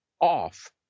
off